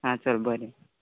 आं चल बरें